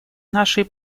нашей